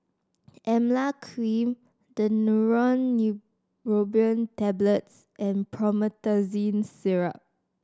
Emla Cream Daneuron Neurobion Tablets and Promethazine Syrup